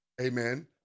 amen